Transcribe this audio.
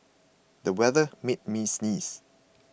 the weather made me sneeze